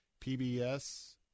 PBS